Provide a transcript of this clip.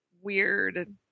weird